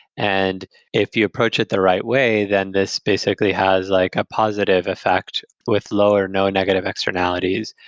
and if you approach it the right way, then this basically has like a positive effect with low or no negative externalities.